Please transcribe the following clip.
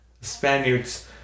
Spaniards